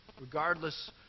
regardless